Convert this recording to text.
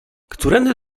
którędy